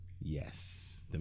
Yes